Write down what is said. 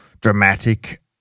dramatic